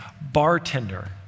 bartender